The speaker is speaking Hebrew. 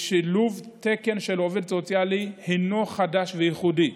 שילוב תקן של עובד סוציאלי הינו חדש וייחודי.